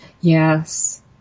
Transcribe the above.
Yes